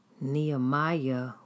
Nehemiah